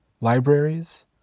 libraries